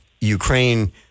Ukraine